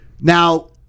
now